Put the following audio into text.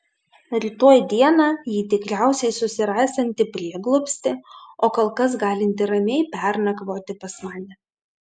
rytoj dieną ji tikriausiai susirasianti prieglobstį o kol kas galinti ramiai pernakvoti pas mane